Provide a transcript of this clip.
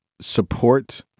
support